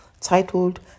titled